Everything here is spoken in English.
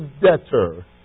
debtor